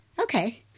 Okay